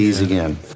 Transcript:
again